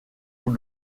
sous